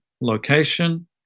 location